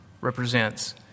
represents